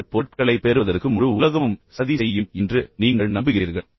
நீங்கள் பொருட்களைப் பெறுவதற்கு முழு உலகமும் சதி செய்யும் என்று நீங்கள் நம்புகிறீர்கள்